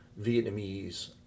Vietnamese